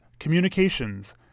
communications